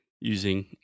using